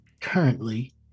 currently